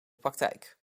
praktijk